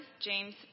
James